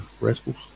rascals